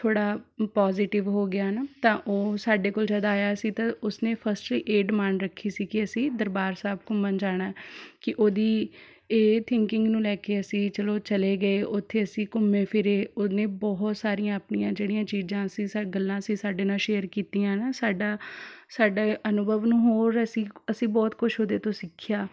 ਥੋੜ੍ਹਾ ਪੋਜ਼ੀਟਿਵ ਹੋ ਗਿਆ ਨਾ ਤਾਂ ਉਹ ਸਾਡੇ ਕੋਲ ਜਦ ਆਇਆ ਸੀ ਤਾਂ ਉਸਨੇ ਫਸਟ ਇਹ ਡਿਮਾਂਡ ਰੱਖੀ ਸੀ ਕਿ ਅਸੀਂ ਦਰਬਾਰ ਸਾਹਿਬ ਘੁੰਮਣ ਜਾਣਾ ਕਿ ਉਹਦੀ ਇਹ ਥਿੰਕਿੰਗ ਨੂੰ ਲੈ ਕੇ ਅਸੀਂ ਚਲੋ ਚਲੇ ਗਏ ਉੱਥੇ ਅਸੀਂ ਘੁੰਮੇ ਫਿਰੇ ਉਹਨੇ ਬਹੁਤ ਸਾਰੀਆਂ ਆਪਣੀਆਂ ਜਿਹੜੀਆਂ ਚੀਜ਼ਾਂ ਸੀ ਸਾ ਗੱਲਾਂ ਸੀ ਸਾਡੇ ਨਾਲ਼ ਸ਼ੇਅਰ ਕੀਤੀਆਂ ਨਾ ਸਾਡਾ ਸਾਡਾ ਅਨੁਭਵ ਨੂੰ ਹੋਰ ਅਸੀਂ ਅਸੀਂ ਬਹੁਤ ਕੁਛ ਉਹਦੇ ਤੋਂ ਸਿੱਖਿਆ